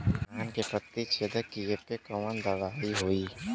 धान के पत्ती छेदक कियेपे कवन दवाई होई?